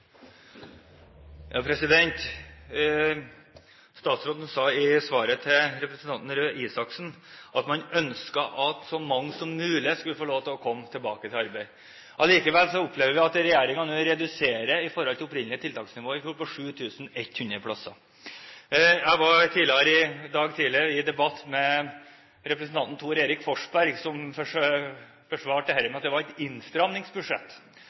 mange som mulig skulle få lov til å komme tilbake i arbeid. Allikevel opplever vi at regjeringen nå reduserer i forhold til opprinnelig tiltaksnivå i fjor med 7 100 plasser. Jeg var i dag tidlig i debatt med representanten Thor Erik Forsberg, som forsvarte dette med at det var et